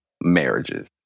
marriages